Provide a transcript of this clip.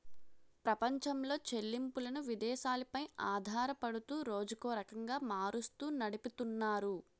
ప్రపంచంలో చెల్లింపులను విదేశాలు పై ఆధారపడుతూ రోజుకో రకంగా మారుస్తూ నడిపితున్నారు